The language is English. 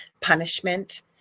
punishment